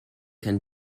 can